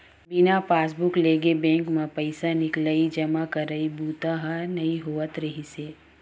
बिना पासबूक लेगे बेंक म पइसा निकलई, जमा करई बूता ह नइ होवत रिहिस हे